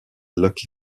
lucky